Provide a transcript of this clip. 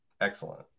Excellent